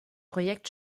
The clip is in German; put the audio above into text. projekt